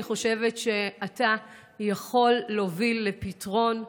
ואני חושבת שאתה יכול להוביל לפתרון,